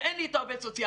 ואין לי את העובד סוציאלי,